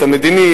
המדינית,